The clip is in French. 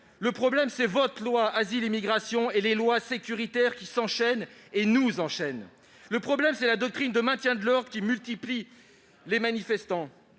Le problème, c'est votre loi Asile et immigration et les lois sécuritaires qui s'enchaînent- et nous enchaînent. Le problème, c'est la doctrine de maintien de l'ordre qui mutile les manifestants.